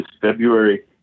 February